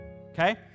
Okay